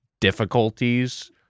difficulties